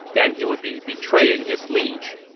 then he would be betraying his liege.